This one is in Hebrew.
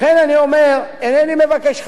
לכן אני אומר: אינני מבקש,